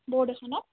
board এখনত